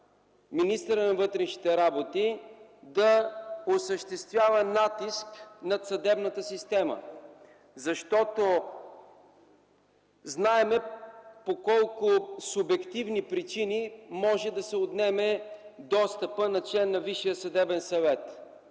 министърът на вътрешните работи да осъществява натиск над съдебната система. Защото знаем по колко субективни причини може да се отнеме достъпът на член на Висшия съдебен съвет.